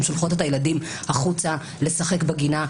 שולחות את הילדים החוצה לשחק בגינה,